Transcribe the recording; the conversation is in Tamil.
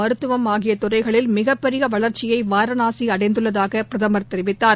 மருத்துவம் ஆகிய துறைகளில் மிக பெரிய வளர்ச்சியை வாரணாசி அடைந்துள்ளதாக பிரதமர் தெரிவித்தார்